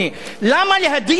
למה להדיח נשיא,